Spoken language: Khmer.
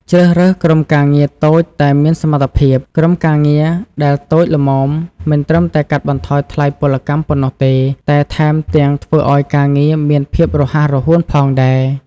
ជ្រើសរើសក្រុមការងារតូចតែមានសមត្ថភាព ក្រុមការងារដែលតូចល្មមមិនត្រឹមតែកាត់បន្ថយថ្លៃពលកម្មប៉ុណ្ណោះទេ តែថែមទាំងធ្វើឱ្យការងារមានភាពរហ័សរហួនផងដែរ។